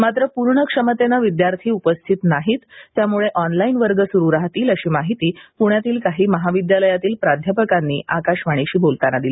मात्र पूर्ण क्षमतेने विद्यार्थी उपस्थित नाहीत त्यामुळे ऑनलाईन वर्ग सुरू राहतील अशी माहिती पुण्यातील काही महाविद्यालयांतील प्राध्यापकांनी आकाशवाणीशी बोलताना दिली